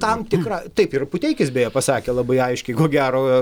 tam tikrą taip ir puteikis beje pasakė labai aiškiai ko gero